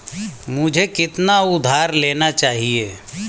मुझे कितना उधार लेना चाहिए?